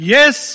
Yes